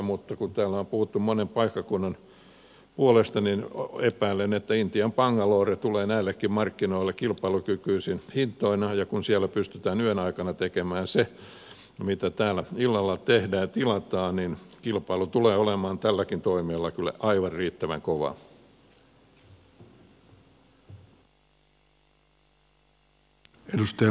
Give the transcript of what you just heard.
mutta kun täällä on puhuttu monen paikkakunnan puolesta niin epäilen että intian bangalore tulee näillekin markkinoille kilpailukykyisin hinnoin ja kun siellä pystytään yön aikana tekemään se mitä täällä illalla tilataan niin kilpailu tulee olemaan tälläkin toimialalla kyllä aivan riittävän kovaa